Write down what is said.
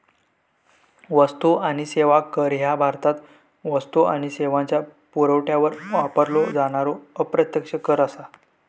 वस्तू आणि सेवा कर ह्या भारतात वस्तू आणि सेवांच्यो पुरवठ्यावर वापरलो जाणारो अप्रत्यक्ष कर असा